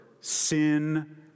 sin